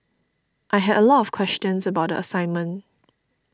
I had a lot of questions about the assignment